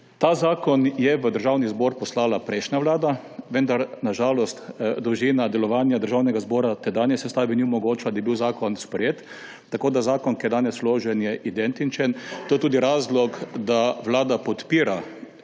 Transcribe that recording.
Ta zakon je v Državni zbor poslala prejšnja vlada, vendar na žalost dolžina delovanja Državnega zbora tedanje sestave ni omogočila, da bi bil zakon sprejet. Tako je zakon, ki je danes vložen, identičen. To je tudi razlog, da ga Vlada podpira